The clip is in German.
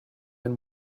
ein